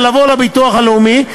ולבוא לביטוח הלאומי,